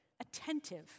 attentive